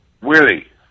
Willie